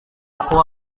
aku